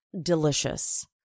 delicious